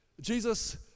Jesus